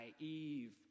naive